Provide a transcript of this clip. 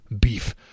beef